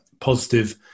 positive